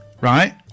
right